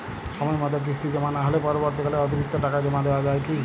সময় মতো কিস্তি জমা না হলে পরবর্তীকালে অতিরিক্ত টাকা জমা দেওয়া য়ায় কি?